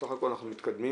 בסך הכל אנחנו מתקדמים.